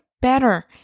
better